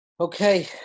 Okay